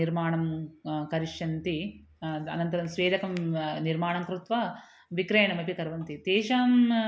निर्माणं करिष्यन्ति अनन्तरं स्वेदकं निर्माणं कृत्वा विक्रयणमपि कुर्वन्ति तेषां